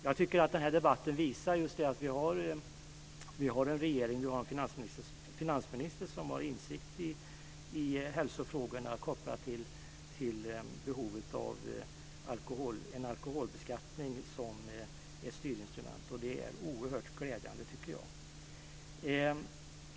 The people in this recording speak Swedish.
Jag tycker att den här debatten visar att vi har en finansminister som har en insikt i hälsofrågorna och är medveten om behovet av en alkoholbeskattning som styrinstrument. Jag finner detta vara oerhört glädjande.